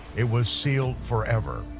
it was sealed forever,